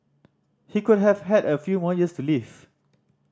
he could have had a few more years to live